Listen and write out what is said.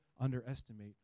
underestimate